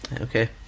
Okay